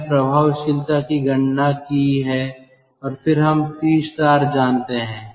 हमने प्रभावशीलता की गणना की है और फिर हम C जानते हैं